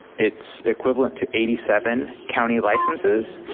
it's equivalent to eighty seven county licenses.